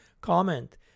Comment